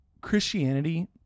Christianity